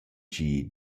chi